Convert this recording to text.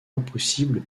impossible